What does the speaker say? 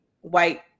white